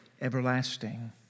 everlasting